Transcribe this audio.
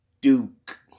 Duke